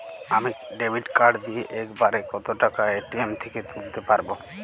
আমি debit card দিয়ে এক বারে কত টাকা এ.টি.এম থেকে তুলতে পারবো?